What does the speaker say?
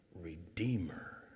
redeemer